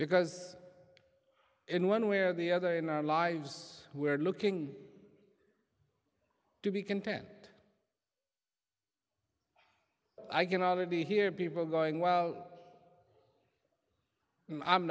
because in one way or the other in our lives we're looking to be content i can already hear people going well i'm